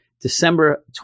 December